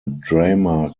drama